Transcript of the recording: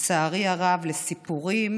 לצערי הרב, לסיפורים